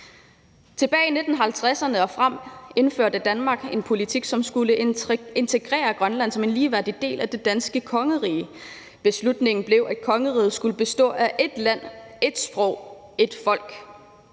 Tilbage i 1950'erne og frem indførte Danmark en politik, som skulle integrere Grønland som en ligeværdig del af det danske kongerige. Beslutningen blev, at kongeriget skulle bestå af ét land, ét sprog, ét folk.